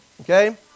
okay